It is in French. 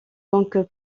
donc